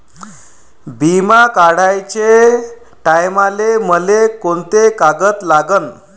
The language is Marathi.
बिमा काढाचे टायमाले मले कोंते कागद लागन?